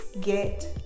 get